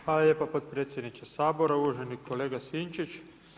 Hvala lijepa potpredsjedniče Sabora, uvaženi kolega Sinčić.